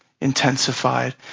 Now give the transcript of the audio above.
intensified